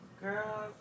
Girl